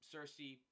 Cersei